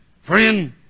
Friend